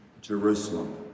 Jerusalem